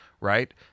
right